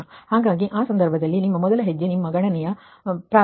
ಹಾಗಾಗಿ ಆ ಸಂದರ್ಭದಲ್ಲಿ ನಿಮ್ಮ ಮೊದಲ ಹೆಜ್ಜೆ ನಿಮ್ಮ ಗಣನೆಯ ಪ್ರಾರಂಭ